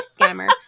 scammer